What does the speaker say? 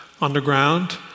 underground